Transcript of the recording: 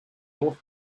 north